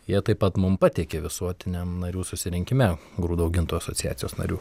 jie taip pat mum pateikė visuotiniam narių susirinkime grūdų augintojų asociacijos narių